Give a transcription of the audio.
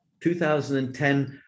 2010